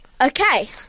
Okay